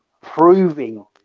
proving